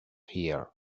here